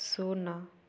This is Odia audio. ଶୂନ